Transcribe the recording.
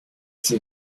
she